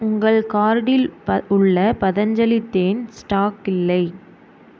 உங்கள் கார்டில் உள்ள பதஞ்சலி தேன் ஸ்டாக் இல்லை